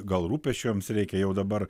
gal rūpesčių joms reikia jau dabar